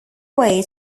way